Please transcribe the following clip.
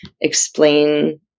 explain